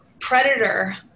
predator